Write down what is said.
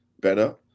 better